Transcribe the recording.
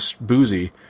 boozy